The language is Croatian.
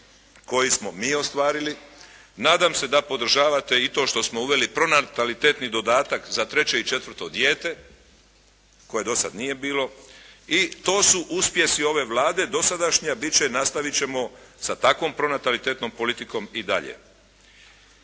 koji smo mi ostvarili. Nadam se da podržavate i to što smo uveli pronatalitetni dodatak za treće i četvrto dijete koje do sada nije bilo. I to su uspjesi ove Vlade dosadašnje a bit će i nastavit ćemo sa takvom pronatalitetnom politikom i dalje.